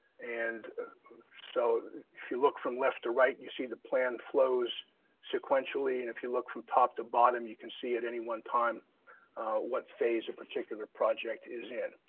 and so if you look from left to right, and you see the plan flows sequentially, and if you look from top to bottom, you can see at any one time what phase a particular project is in.